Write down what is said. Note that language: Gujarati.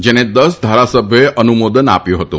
જેને દસ ધારાસભ્યોએ અનુમોદન આપ્યુ હતું